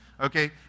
Okay